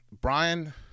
Brian